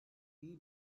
iyi